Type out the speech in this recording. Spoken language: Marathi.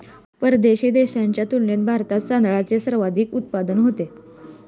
परदेशी देशांच्या तुलनेत भारतात तांदळाचे सर्वाधिक उत्पादन होते